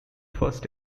first